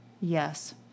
Yes